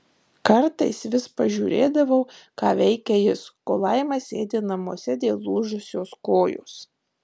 kartais vis pažiūrėdavau ką veikia jis kol laima sėdi namuose dėl lūžusios kojos